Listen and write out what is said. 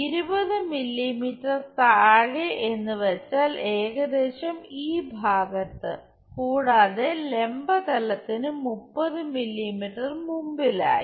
20 millimetre താഴെ എന്ന് വച്ചാൽ ഏകദേശം ഈ ഭാഗത്ത് കൂടാതെ ലംബത്തിന് 30 മില്ലീമീറ്റർ മുമ്പിലായി